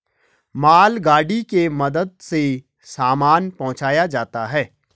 मालगाड़ी के मदद से सामान पहुंचाया जाता है